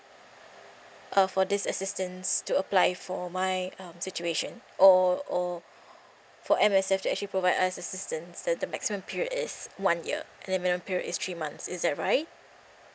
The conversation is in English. uh for this assistance to apply for my um situation or or for M_S_F to actually provide us assistance the the maximum period is one year and minimum period is three months is that right